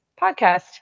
podcast